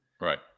Right